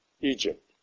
Egypt